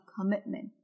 commitment